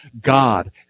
God